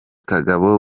kagabo